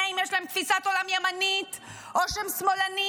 אם יש להם תפיסת עולם ימנית או שהם שמאלנים.